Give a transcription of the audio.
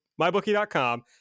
mybookie.com